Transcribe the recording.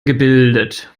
gebildet